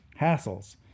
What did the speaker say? hassles